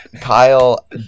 Kyle